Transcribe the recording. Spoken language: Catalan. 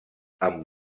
amb